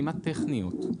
כמעט טכניות.